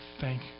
thank